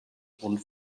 und